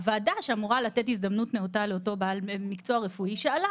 הוועדה שאמורה לתת הזדמנות נאותה לאותו בעל מקצוע רפואי שאלה